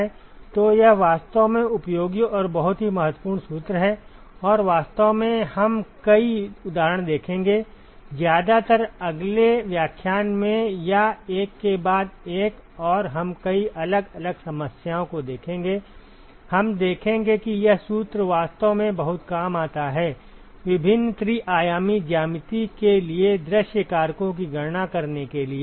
तो यह वास्तव में उपयोगी और बहुत ही महत्वपूर्ण सूत्र है और वास्तव में हम कई उदाहरण देखेंगे ज्यादातर अगले व्याख्यान में या एक के बाद एक और हम कई अलग अलग समस्याओं को देखेंगे हम देखेंगे कि यह सूत्र वास्तव में बहुत काम आता है विभिन्न त्रि आयामी ज्यामिति के लिए दृश्य कारकों की गणना करने के लिए